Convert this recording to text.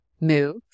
move